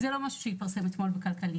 זה לא משהו שהתפרסם אתמול בכלכליסט.